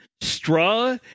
straw